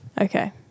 Okay